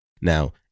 Now